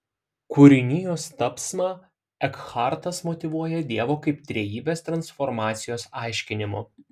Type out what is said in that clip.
kūrinijos tapsmą ekhartas motyvuoja dievo kaip trejybės transformacijos aiškinimu